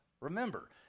remember